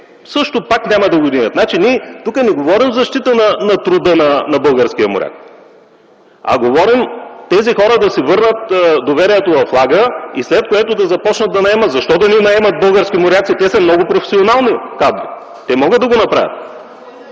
че пак няма да го вдигат. Ние тук не говорим за защита на труда на българския моряк, а говорим тези хора да си върнат доверието във флага, след което да започнат да наемат. Защо да не наемат български моряци? Те са много професионални кадри. Те могат да го направят.